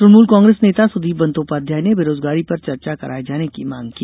तुणमूल कांग्रेस नेता सुदीप बंदोपाध्याय ने बेरोजगारी पर चर्चा कराए जाने की मांग की